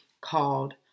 called